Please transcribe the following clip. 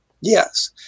Yes